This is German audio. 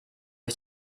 ich